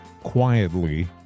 quietly